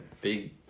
big